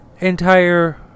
entire